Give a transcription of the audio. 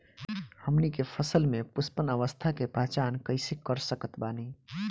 हमनी के फसल में पुष्पन अवस्था के पहचान कइसे कर सकत बानी?